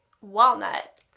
walnut